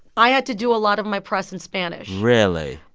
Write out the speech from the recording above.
i had to do a lot of my press in spanish really?